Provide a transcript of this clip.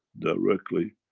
directly,